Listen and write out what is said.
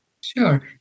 Sure